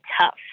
tough